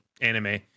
anime